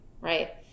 right